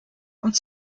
und